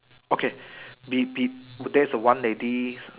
okay be be there's a one lady